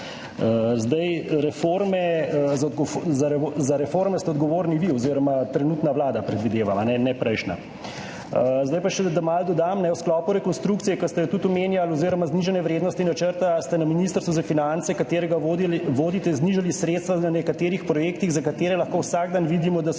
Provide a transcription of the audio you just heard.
Za reforme ste odgovorni vi oziroma trenutna vlada, predvidevam, ne prejšnja. Da še malo dodam. V sklopu rekonstrukcije, ki ste jo tudi omenjali, oziroma znižanja vrednosti načrta ste na Ministrstvu za finance, ki ga vodite, znižali sredstva na nekaterih projektih, za katere lahko vsak dan vidimo, da so življenjskega